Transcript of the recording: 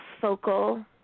focal